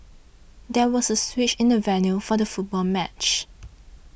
there was a switch in the venue for the football match